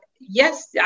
yes